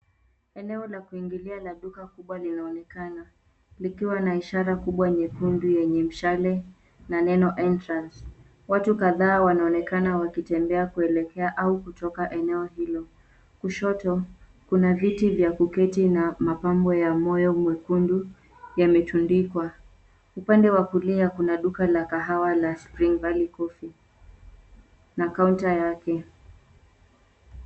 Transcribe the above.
Eneo la kuingilia Kwa duka kubwa linaonekana, likiwa na ishara kubwa nyekundu yenye mshale na neno Entrance. Watu kadhaa wanaonekana wakitembea kuelekea au kutoka katika eneo hilo. Kushoto, kuna viti vya kuketi na mapambo ya moyo mwekundu yametundikwa. Upande wa kulia kuna duka la kahawa la Spring Valley Coffee na kaunta yake.